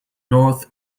north